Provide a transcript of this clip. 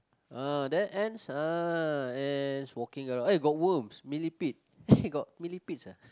ah there ants ah ants walking around eh got worms millipede eh got millipedes ah